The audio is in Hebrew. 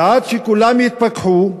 עד שכולם יתפכחו,